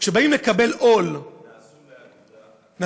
כשבאים לקבל עול, נעשו אגודה אחת.